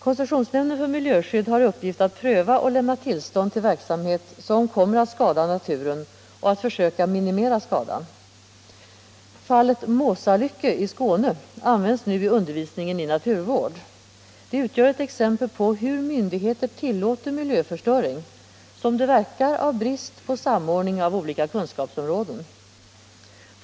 Koncessionsnämnden för miljöskydd har i uppgift att pröva och lämna tillstånd till verksamhet som kommer att skada naturen och att försöka minimera skadan. Fallet Måsalycke i Skåne används nu i undervisningen i naturvård. Det utgör ett exempel på hur myndigheter tillåter miljöförstöring, som det verkar av brist på samordning av olika kunskapsområden.